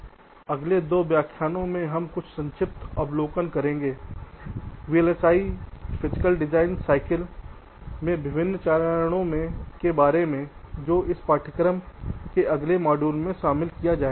अब अगले दो व्याख्यानों में हम कुछ संक्षिप्त अवलोकन करेंगे वीएलएसआई भौतिक डिजाइन चक्र में विभिन्न चरणों के बारे में है जो इस पाठ्यक्रम में अगले मॉड्यूल में शामिल किया जाएगा